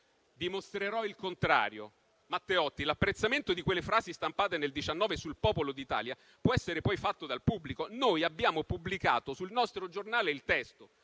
«Dimostrerò il contrario». Matteotti: «L'apprezzamento di quelle frasi stampate nel 1919 sul "Popolo d'Italia" può essere poi fatto dal pubblico. Noi abbiamo pubblicato sul nostro giornale il testo».